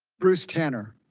bruce tanner.